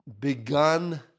begun